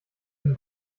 den